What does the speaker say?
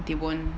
they won't